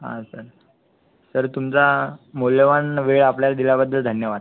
हा sir sir तुमचा मौल्यवान वेळ आपल्याला दिल्याबद्दल धन्यवाद